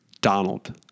Donald